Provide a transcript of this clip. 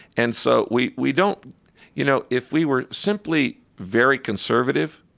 and so we we don't you know, if we were simply very conservative,